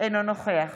אינו נוכח